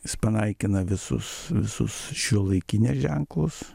jis panaikina visus visus šiuolaikinę ženklus